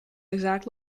exact